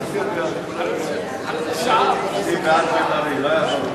הצעת הסיכום שהביא חבר הכנסת מיכאל בן-ארי לא נתקבלה.